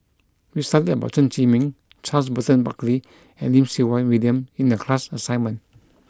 we studied about Chen Zhiming Charles Burton Buckley and Lim Siew Wai William in the class assignment